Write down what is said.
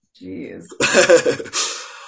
jeez